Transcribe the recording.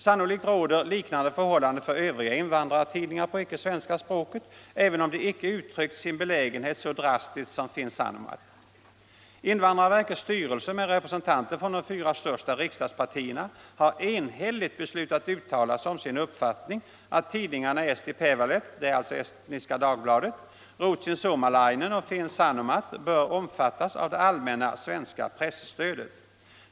Förmodligen råder liknande förhållanden för övriga invandrartidningar på andra språk än svenska, även om de icke uttryckt sin belägenhet så drastiskt som Finn Sanomat. Invandrarverkets styrelse med representanter från de fyra största riksdagspartierna har enhälligt beslutat uttala som sin uppfattning att tidningarna Eesti Päevaleht , Ruotsin Suomalainen och Finn Sanomat bör omfattas av det allmänna svenska presstödet.